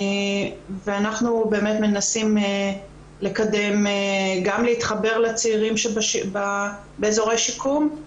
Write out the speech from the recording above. אנחנו מנסים באמת גם להתחבר לצעירים שבאזורי שיקום,